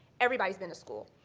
everybody's been to school.